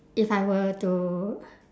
if I were to